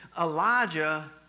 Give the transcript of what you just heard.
Elijah